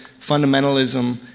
fundamentalism